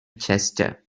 chester